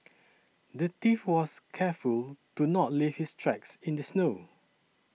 the thief was careful to not leave his tracks in the snow